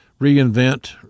reinvent